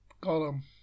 column